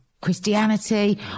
Christianity